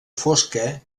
fosca